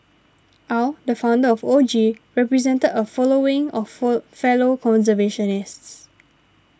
Aw the founder of O G represented a following of for fellow conservationists